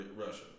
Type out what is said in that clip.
Russia